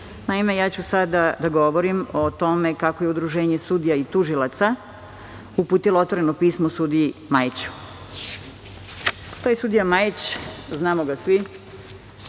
bi. Naime, ja ću sada da govorim o tome kako je Udruženje sudija i tužilaca uputili otvoreno pismo sudiji Majiću. Taj sudija Majić, a znamo ga svi,